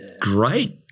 Great